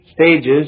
stages